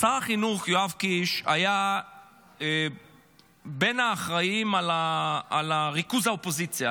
שר החינוך יואב קיש היה בין האחראים לריכוז האופוזיציה.